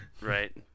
right